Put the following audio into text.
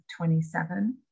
27